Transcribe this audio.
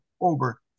over